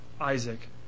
Isaac